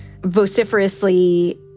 vociferously